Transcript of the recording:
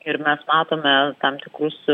ir mes matome tam tikrus